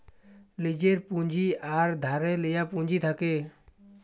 লীজের পুঁজি আর ধারে লিয়া পুঁজি থ্যাকে